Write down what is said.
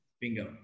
Bingo